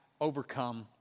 overcome